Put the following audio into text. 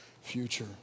future